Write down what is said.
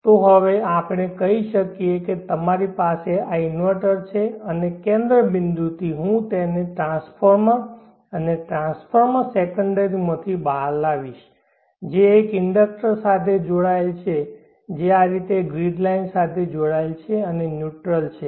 તો હવે આપણે કહી શકીએ કે તમારી પાસે આ ઇન્વર્ટર છે અને કેન્દ્ર બિંદુથી હું તેને ટ્રાન્સફોર્મર અને ટ્રાન્સફોર્મર સેકન્ડરી માંથી બહાર લાવીશ જે એક ઇન્ડક્ટર સાથે જોડાયેલ છે જે આ રીતે ગ્રીડ લાઇન સાથે જોડાયેલ છે અને ન્યુટ્રલ છે